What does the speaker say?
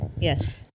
Yes